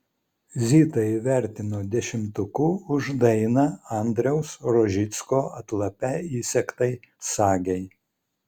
zitą įvertino dešimtuku už dainą andriaus rožicko atlape įsegtai sagei